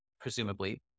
presumably